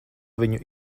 viņu